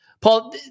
Paul